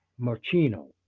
Marchino